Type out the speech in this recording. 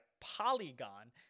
polygon